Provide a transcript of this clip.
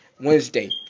Wednesday